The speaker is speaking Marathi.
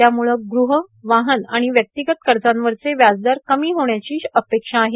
त्यामुळं गृह वाहन आणि व्यक्तिगत कर्जावरचे व्याजदर कमी होण्याची अपेक्षा आहे